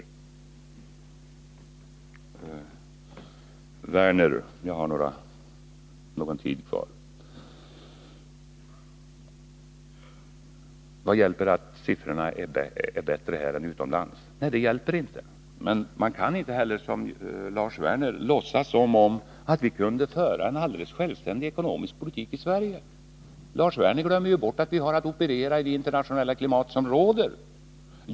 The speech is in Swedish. Jag har ännu något kvar av min talartid, och jag vill svara Lars Werner, som frågade: Vad hjälper det att siffrorna är bättre här än utomlands? Nej, det hjälper inte. Men man kan inte heller, som Lars Werner gör, låtsas som om vi kunde föra en alldeles självständig ekonomisk politik i Sverige. Lars Werner glömmer ju bort att vi har att operera i det internationella klimat som råder.